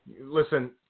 Listen